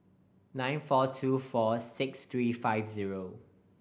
nine four two four six three five zero